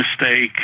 mistake